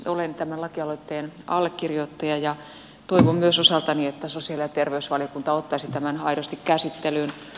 olen tämän lakialoitteen allekirjoittaja ja toivon myös osaltani että sosiaali ja terveysvaliokunta ottaisi tämän aidosti käsittelyyn